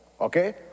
okay